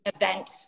event